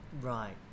Right